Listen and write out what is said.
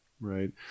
right